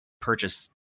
purchase